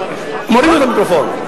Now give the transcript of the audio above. רגע, רגע, אתם הורדתם לו את המיקרופון?